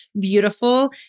beautiful